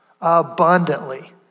abundantly